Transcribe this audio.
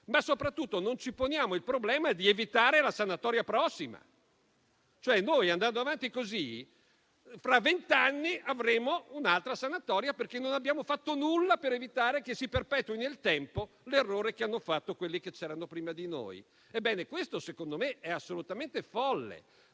Ma soprattutto non ci poniamo il problema di evitare la prossima sanatoria. Andando avanti così, fra vent'anni avremo un'altra sanatoria perché non abbiamo fatto nulla per evitare che si perpetui nel tempo l'errore che hanno commesso quelli che c'erano prima di noi. Questo secondo me è assolutamente folle.